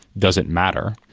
does it matter?